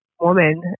woman